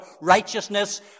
righteousness